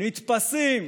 נתפסים